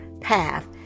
path